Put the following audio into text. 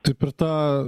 tai per tą